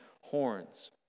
horns